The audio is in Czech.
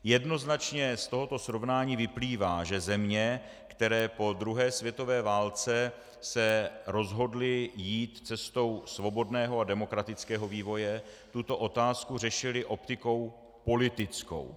Jednoznačně z tohoto srovnání vyplývá, že země, které se po druhé světové válce rozhodly jít cestou svobodného a demokratického vývoje, tuto otázku řešily optikou politickou.